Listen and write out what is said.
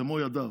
במו ידיו,